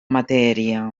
materia